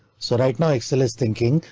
so right now excel is thinking,